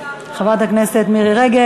חברת הכנסת מירי רגב,